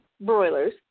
broilers